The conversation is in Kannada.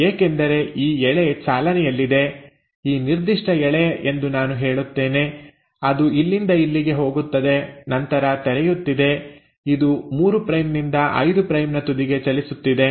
ಏಕೆಂದರೆ ಈ ಎಳೆ ಚಾಲನೆಯಲ್ಲಿದೆ ಈ ನಿರ್ದಿಷ್ಟ ಎಳೆ ಎಂದು ನಾನು ಹೇಳುತ್ತೇನೆ ಅದು ಇಲ್ಲಿಂದ ಇಲ್ಲಿಗೆ ಹೋಗುತ್ತದೆ ನಂತರ ತೆರೆಯುತ್ತಿದೆ ಇದು 3 ಪ್ರೈಮ್ ನಿಂದ 5 ಪ್ರೈಮ್ ನ ತುದಿಗೆ ಚಲಿಸುತ್ತಿದೆ